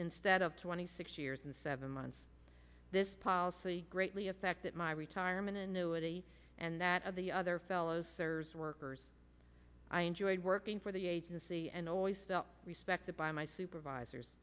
instead of twenty six years and seven months this policy greatly affected my retirement annuity and that of the other fellows sir's workers i enjoyed working for the agency and always respected by my supervisors